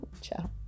Ciao